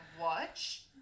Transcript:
Watch